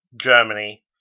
Germany